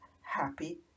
happy